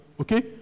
okay